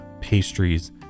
pastries